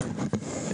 אופיר,